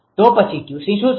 તો પછી 𝑄𝐶 શું છે